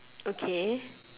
okay